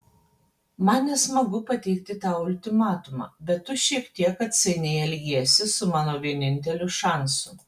man nesmagu pateikti tau ultimatumą bet tu šiek tiek atsainiai elgiesi su mano vieninteliu šansu